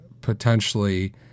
potentially